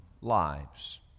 lives